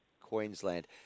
Queensland